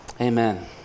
amen